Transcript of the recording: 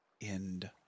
end